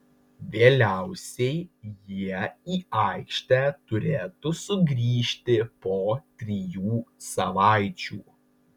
vėliausiai jie į aikštę turėtų sugrįžti po trijų savaičių